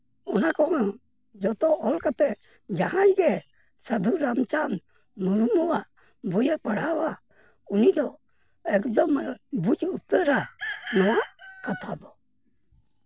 ᱚᱱᱟ ᱠᱚᱦᱚᱸ ᱡᱷᱚᱛᱚ ᱚᱞ ᱠᱟᱛᱮ ᱡᱟᱦᱟᱸᱭ ᱜᱮ ᱥᱟᱹᱫᱷᱩ ᱨᱟᱢᱪᱟᱸᱫᱽ ᱢᱩᱨᱢᱩᱣᱟᱜ ᱵᱳᱭᱮ ᱯᱟᱲᱦᱟᱣᱟ ᱩᱱᱤ ᱫᱚ ᱮᱠᱫᱚᱢ ᱵᱩᱡᱽ ᱩᱛᱟᱹᱨᱟ ᱱᱚᱣᱟ ᱠᱟᱛᱷᱟ ᱫᱚ